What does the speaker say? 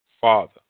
father